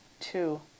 Two